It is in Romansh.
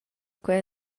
quei